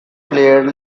played